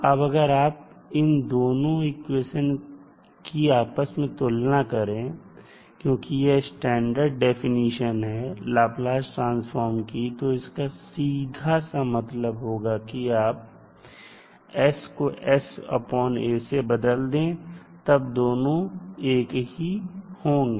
अब अगर आप इन दोनों इक्वेशन की आपस में तुलना करें क्योंकि यह स्टैंडर्ड डेफिनिशन है लाप्लास ट्रांसफार्म की तो इसका सीधा सा मतलब होगा कि आप s को sa बदल दे तब दोनों एक ही होंगे